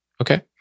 Okay